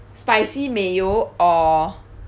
spicy mayo or